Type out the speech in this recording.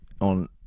on